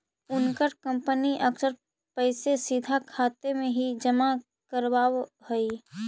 उनकर कंपनी अक्सर पैसे सीधा खाते में ही जमा करवाव हई